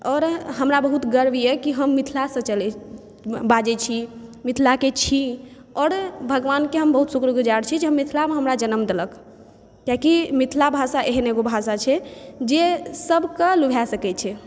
आओर हमरा बहुत गर्व यऽ कि हम मिथिलासँ चलै छी बाजै छी मिथिलाके छी आओर हम भगवानके बहुत शुक्रगुजार छी कि हम मिथिलामे हमरा जनम देलक कियाकि मिथिला भाषा एहन एगो भाषा छै जे सभकेँ लुभा सकै छै